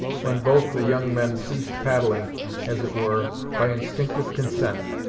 when both the young men ceased paddling as it were by instinctive consent,